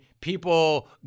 people